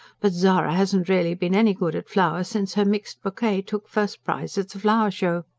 but zara hasn't really been any good at flowers since her mixed bouquet took first prize at the flower show.